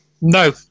No